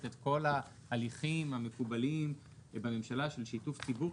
את כל ההליכים המקובלים בממשלה של שיתוף ציבור,